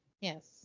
Yes